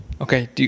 Okay